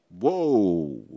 Whoa